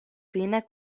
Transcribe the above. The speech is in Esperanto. fine